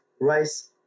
rice